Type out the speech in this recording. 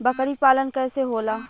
बकरी पालन कैसे होला?